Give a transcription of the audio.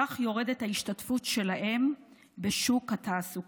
כך יורדת ההשתתפות שלהם בשוק התעסוקה.